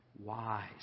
wise